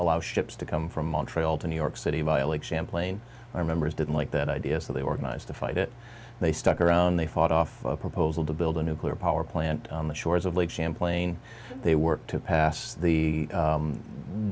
allow ships to come from montreal to new york city by like champlain remembers didn't like that idea so they organized to fight it they stuck around they fought off a proposal to build a nuclear power plant on the shores of lake champlain they worked to pass the